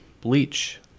Bleach